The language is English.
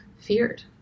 feared